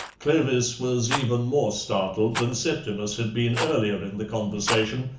clovis was even more startled than septimus had been earlier in the conversation,